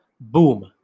boom